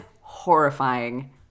horrifying